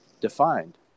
defined